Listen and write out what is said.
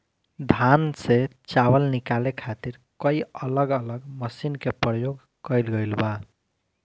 धान से चावल निकाले खातिर कई अलग अलग मशीन के प्रयोग कईल गईल बा